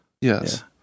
yes